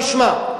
תשמע.